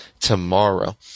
tomorrow